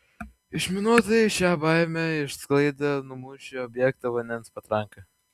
išminuotojai šią baimę išsklaidė numušę objektą vandens patranka